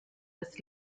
das